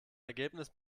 ergebnis